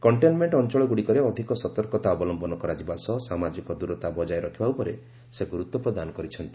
containment ଅଞ୍ଚଳଗୁଡ଼ିକରେ ଅଧିକ ସତର୍କତା ଅବଲମ୍ଭନ କରାଯିବା ସହ ସାମାଜିକ ଦୂରତା ବଜାୟ ରଖିବା ଉପରେ ସେ ଗୁରୁତ୍ୱ ପ୍ବଦାନ କରିଛନ୍ତି